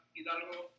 Hidalgo